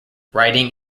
writing